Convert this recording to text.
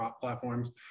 platforms